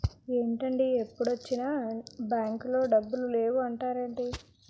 ఏంటండీ ఎప్పుడొచ్చినా బాంకులో డబ్బులు లేవు అంటారేంటీ?